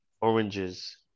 oranges